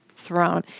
throne